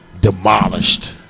demolished